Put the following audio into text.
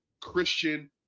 Christian